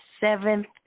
seventh